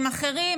עם אחרים,